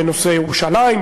בנושא ירושלים,